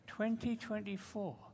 2024